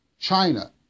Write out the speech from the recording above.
China